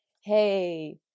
Hey